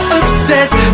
obsessed